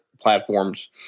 platforms